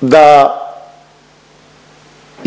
da je